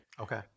Okay